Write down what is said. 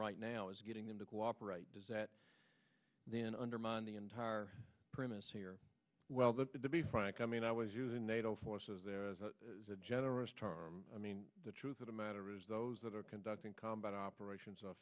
right now is getting them to cooperate does that then undermine the entire premise here well that be frank i mean i was using nato forces there as a generous term i mean the truth of the matter is those that are conducting combat operations a